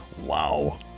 Wow